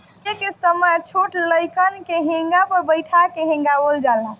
पहिले के समय छोट लइकन के हेंगा पर बइठा के हेंगावल जाला